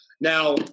Now